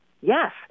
yes